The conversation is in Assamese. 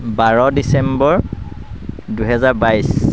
বাৰ ডিচেম্বৰ দুহেজাৰ বাইছ